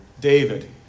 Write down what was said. David